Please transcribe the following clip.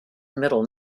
middle